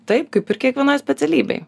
taip kaip ir kiekvienoj specialybėj